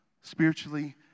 spiritually